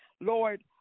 Lord